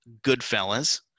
Goodfellas